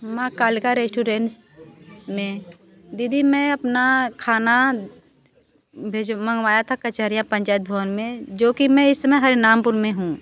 माँ कालिका रेश्टोरेंट्स में दीदी मैं अपना खाना बेज मँगवाया था कचहरिया पंचायत भवन में जोकि मैं इस समय हरिनामपुर में हूँ